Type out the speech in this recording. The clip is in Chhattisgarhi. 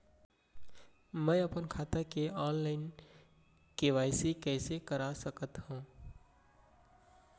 मैं अपन खाता के ऑनलाइन के.वाई.सी कइसे करा सकत हव?